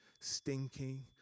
stinking